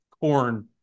corn